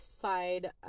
side